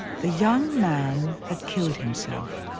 the young man had killed himself.